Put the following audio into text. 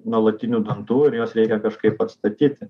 nuolatinių dantų ir juos reikia kažkaip atstatyti